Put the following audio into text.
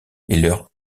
leurs